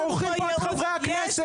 מורחים פה את חברי הכנסת.